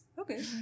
Okay